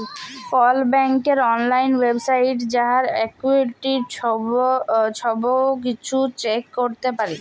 call ব্যাংকের অললাইল ওয়েবসাইটে যাঁয়ে এক্কাউল্টের ছব কিছু চ্যাক ক্যরতে পারি